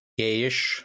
Gayish